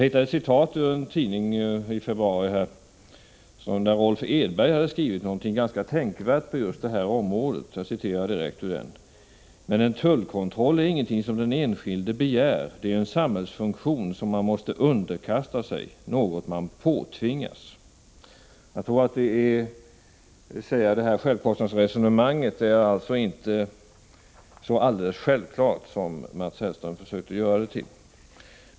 I en tidning i februari skriver Rolf Edberg följande ganska tänkvärda rader just om dessa saker: ”Men en tullkontroll är ingenting som den enskilde begär. Det är en samhällsfunktion som man måste underkasta sig, något man påtvingas.” Självkostnadsresonemanget är alltså inte så självklart som Mats Hellström försökte göra det till.